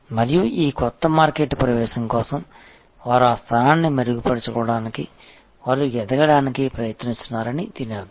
మరియు ఈ కొత్త మార్కెట్ ప్రవేశం కోసం వారు ఆ స్థానాన్ని మెరుగుపరచడానికి వారు ఎదగడానికి ప్రయత్నిస్తున్నారని దీని అర్థం